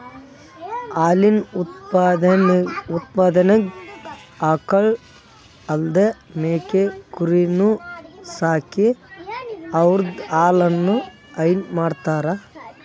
ಹಾಲಿನ್ ಉತ್ಪಾದನೆಗ್ ಆಕಳ್ ಅಲ್ದೇ ಮೇಕೆ ಕುರಿನೂ ಸಾಕಿ ಅವುದ್ರ್ ಹಾಲನು ಹೈನಾ ಮಾಡ್ತರ್